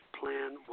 plan